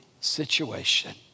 situation